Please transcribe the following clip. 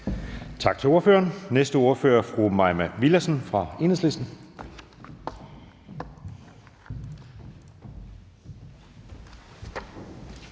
Tak til ordføreren. Næste ordfører er fru Mai Villadsen fra Enhedslisten.